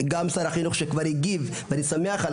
משרד החינוך כבר הגיב לנושא ואני שמח על